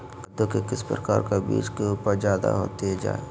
कददु के किस प्रकार का बीज की उपज जायदा होती जय?